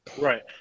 Right